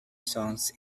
songs